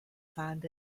find